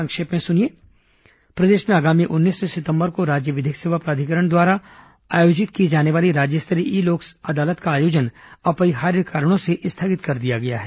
संक्षिप्त समाचार प्रदेश में आगामी उन्नीस सितंबर को राज्य विधिक सेवा प्राधिकरण द्वारा आयोजित की जाने वाली राज्य स्तरीय ई लोक अदालत का आयोजन अपरिहार्य कारणों से स्थगित कर दिया गया है